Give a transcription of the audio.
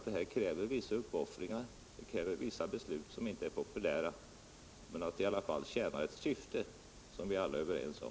Det kräver vissa uppoffringar och vissa beslut som inte är populära men tjänar ett syfte som vi alla är överens om.